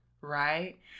Right